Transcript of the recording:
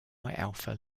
alpha